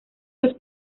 los